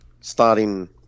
starting